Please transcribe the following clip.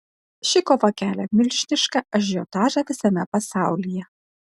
ši kova kelia milžinišką ažiotažą visame pasaulyje